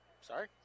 sorry